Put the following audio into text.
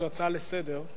זאת הצעה לסדר-היום.